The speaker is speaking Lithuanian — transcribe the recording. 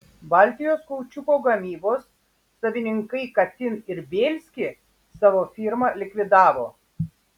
baltijos kaučiuko gamybos savininkai katin ir bielsky savo firmą likvidavo